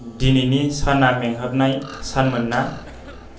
दिनैनि साना मेंहाबनाय सानमोनना